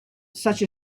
such